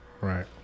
Right